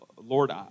Lord